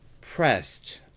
pressed